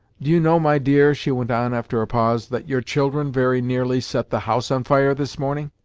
do you know, my dear, she went on after a pause, that your children very nearly set the house on fire this morning?